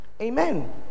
Amen